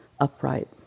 upright